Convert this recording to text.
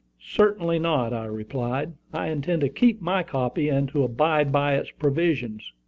certainly not, i replied. i intend to keep my copy, and to abide by its provisions.